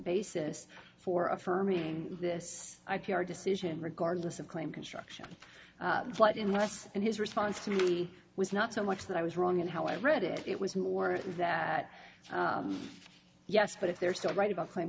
basis for affirming this i p r decision regardless of claim construction flood in the us and his response to me was not so much that i was wrong in how i read it it was more that yes but if they're still right about claim